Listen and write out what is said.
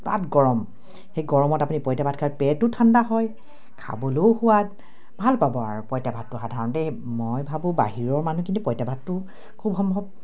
গৰম সেই গৰমত আপুনি পঁইতা ভাত খাই পেটো ঠাণ্ডা হয় খাবলেও সোৱাদ ভাল পাব আৰু পঁইতা ভাতটো সাধাৰণতে মই ভাবোঁ বাহিৰৰ মানুহে কিন্তু পঁইতা ভাতটো খুব সম্ভৱ